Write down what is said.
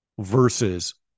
versus